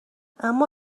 اما